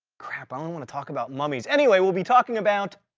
crap, i only want to talk about mummies. anyway, we'll be talking about